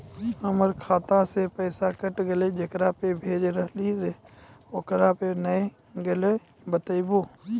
हमर खाता से पैसा कैट गेल जेकरा पे भेज रहल रहियै ओकरा पे नैय गेलै बताबू?